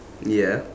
ya